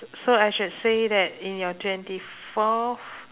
so I should say that in your twenty fourth